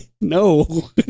No